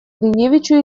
гриневичу